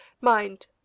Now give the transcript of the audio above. Mind